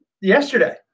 yesterday